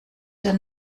der